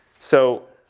so,